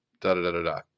da-da-da-da-da